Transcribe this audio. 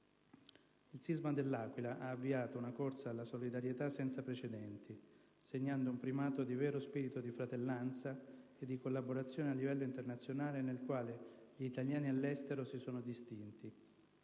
Il sisma dell'Aquila ha avviato una corsa alla solidarietà senza precedenti, segnando un primato di vero spirito di fratellanza e di collaborazione a livello internazionale, nel quale gli italiani all'estero si sono distinti.